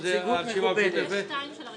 המשותפת לסעיף 12א